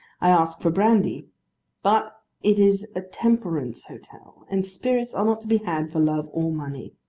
i ask for brandy but it is a temperance hotel, and spirits are not to be had for love or money.